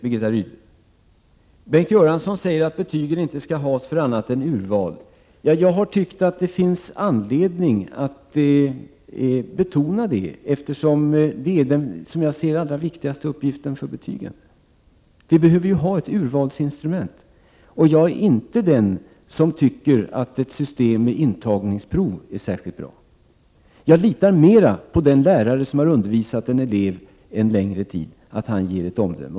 Birgitta Rydle säger: Bengt Göransson säger att betygen inte skall vara till annat än urval. Ja, jag har tyckt att det finns anledning att betona detta. Som jag ser saken är det den allra viktigaste uppgiften för betygen. Vi behöver ju ett urvalsinstrument. Men jag tycker inte att ett system med intagningsprov är särskilt bra. Jag litar mera på den lärare som har undervisat en elev under en längre tid och den lärarens omdöme.